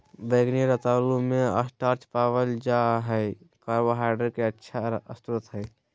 बैंगनी रतालू मे स्टार्च पावल जा हय कार्बोहाइड्रेट के अच्छा स्रोत हय